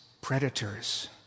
predators